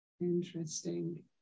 Interesting